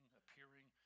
appearing